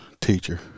teacher